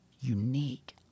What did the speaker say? unique